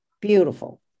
Beautiful